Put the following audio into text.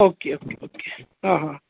okay okay okay हा हा